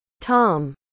Tom